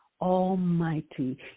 Almighty